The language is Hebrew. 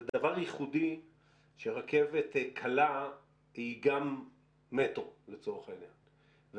זה דבר ייחודי שרכבת קלה היא גם מטרו לצורך העניין.